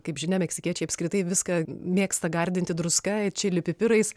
kaip žinia meksikiečiai apskritai viską mėgsta gardinti druska čili pipirais